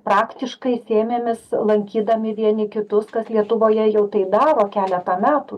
praktiškai sėmėmės lankydami vieni kitus kas lietuvoje jau tai daro keletą metų